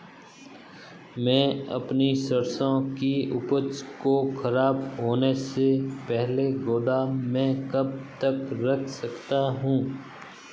मैं अपनी सरसों की उपज को खराब होने से पहले गोदाम में कब तक रख सकता हूँ?